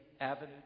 Avenue